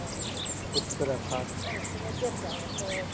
Uttarakhand